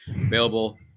Available